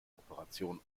operation